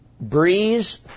breeze